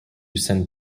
send